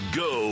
go